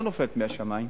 הכלכלה לא נופלת מהשמים.